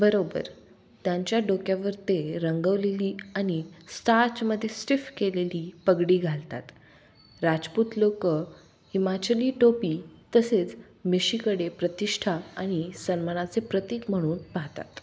बरोबर त्यांच्या डोक्यावर ते रंगवलेली आणि स्टार्चमध्ये स्टिफ्फ केलेली पगडी घालतात राजपूत लोक हिमाचली टोपी तसेच मिशीकडे प्रतिष्ठा आणि सन्मानाचे प्रतीक म्हणून पाहतात